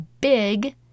big